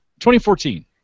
2014